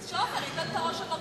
אז שעופר ייתן את הראש שלו